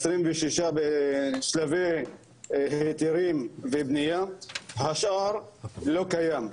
26 בשלבי היתרים ובנייה, השאר לא קיים.